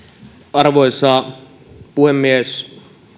arvoisa puhemies